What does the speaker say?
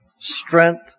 strength